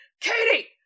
Katie